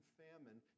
famine